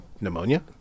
pneumonia